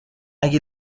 اگه